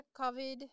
covid